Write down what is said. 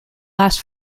last